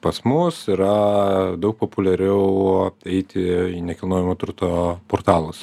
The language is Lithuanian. pas mus yra daug populiariau eiti nekilnojamo turto portalus